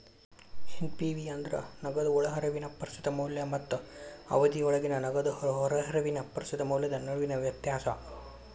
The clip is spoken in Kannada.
ಎನ್.ಪಿ.ವಿ ಅಂದ್ರ ನಗದು ಒಳಹರಿವಿನ ಪ್ರಸ್ತುತ ಮೌಲ್ಯ ಮತ್ತ ಅವಧಿಯೊಳಗ ನಗದು ಹೊರಹರಿವಿನ ಪ್ರಸ್ತುತ ಮೌಲ್ಯದ ನಡುವಿನ ವ್ಯತ್ಯಾಸ